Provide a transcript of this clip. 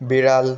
বিড়াল